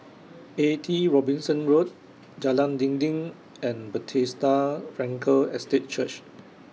eighty Robinson Road Jalan Dinding and Bethesda Frankel Estate Church